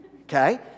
Okay